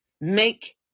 make